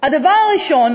הדבר הראשון,